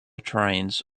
trains